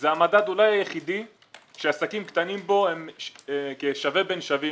זה המדד אולי היחידי שעסקים קטנים בו הם כשווה בין שווים,